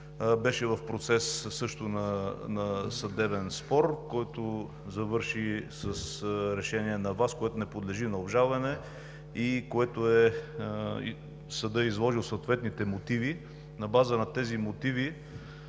беше в процес на съдебен спор, който завърши с решение на ВАС, което не подлежи на обжалване. Съдът е изложил съответните мотиви. На база на тези мотиви